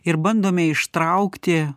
ir bandome ištraukti